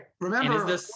Remember